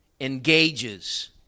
engages